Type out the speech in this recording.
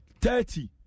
thirty